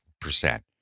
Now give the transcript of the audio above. percent